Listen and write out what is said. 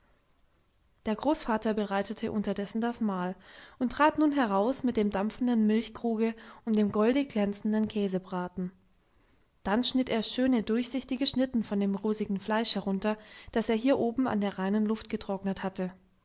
der großvater bereitete unterdessen das mahl und trat nun heraus mit dem dampfenden milchkruge und dem goldig glänzenden käsebraten dann schnitt er schöne durchsichtige schnitten von dem rosigen fleisch herunter das er hier oben an der reinen luft getrocknet hatte